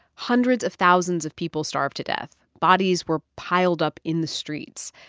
hundreds of thousands of people starved to death. bodies were piled up in the streets.